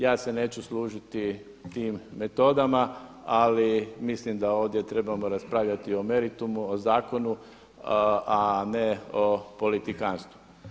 Ja se neću služiti tim metodama, ali mislim da ovdje trebamo raspravljati o meritumu, o zakonu a ne o politikanstvu.